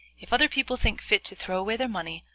if other people think fit to throw away their money,